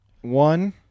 One